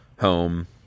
home